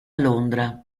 londra